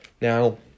Now